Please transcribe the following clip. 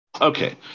Okay